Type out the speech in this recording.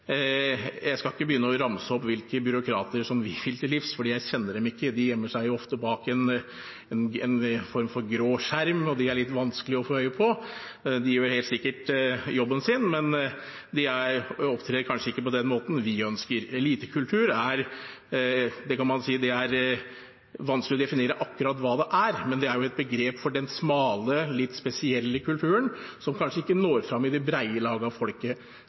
Jeg skal ikke begynne å ramse opp hvilke byråkrater vi vil til livs, for jeg kjenner dem ikke. De gjemmer seg ofte bak en form for grå skjerm, og de er litt vanskelige å få øye på. De gjør helt sikkert jobben sin, men de opptrer kanskje ikke på den måten vi ønsker. Elitekultur – man kan si det er vanskelig å definere akkurat hva det er, men det er jo et begrep for den smale, litt spesielle kulturen som kanskje ikke når fram til det brede lag av folket.